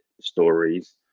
stories